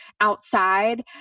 outside